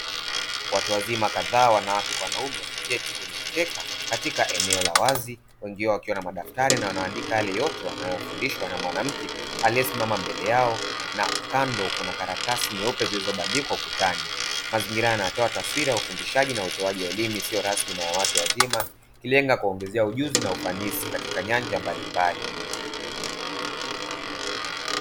Watu wazima kadhaa wanawake kwa wanaume wameketi kwenye mkeka katika eneo la wazi, wengi wao wakiwa na madaftari na wanaandika yale yote wanayofundishwa na mwanamke aliyesimama mbele yao na kando kuna karatasi nyeupe zilizobandikwa ukutani. Mazingira haya yanatoa taswira ya ufundishaji na utoaji wa elimu isiyo rasmi na ya watu wazima, ikilenga kuongezea ujuzi na ufanisi katika nyanja mbalimbali.